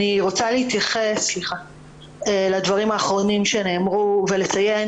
אני רוצה להתייחס לדברים האחרונים שנאמרו ולציין